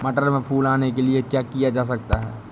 मटर में फूल आने के लिए क्या किया जा सकता है?